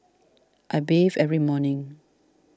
I bathe every morning